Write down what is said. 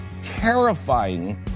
Terrifying